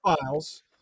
files